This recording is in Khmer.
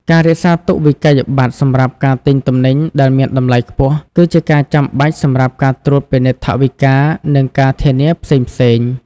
ការរក្សាទុកវិក្កយបត្រសម្រាប់ការទិញទំនិញដែលមានតម្លៃខ្ពស់ គឺជាការចាំបាច់សម្រាប់ការត្រួតពិនិត្យថវិកា និងការធានាផ្សេងៗ។